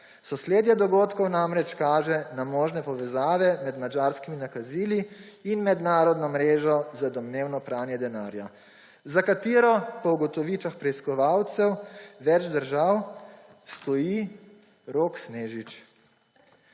Sosledje dogodkov namreč kaže na možne povezave med madžarskimi nakazili in mednarodno mrežo za domnevno pranje denarja, za katero po ugotovitvah preiskovalcev več držav stoji Rok Snežič.